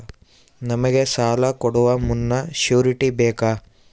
ನಮಗೆ ಸಾಲ ಕೊಡುವ ಮುನ್ನ ಶ್ಯೂರುಟಿ ಬೇಕಾ?